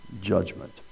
judgment